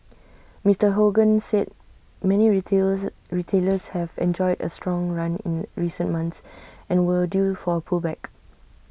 Mister Hogan said many retailer retailers have enjoyed A strong run in recent months and were due for A pullback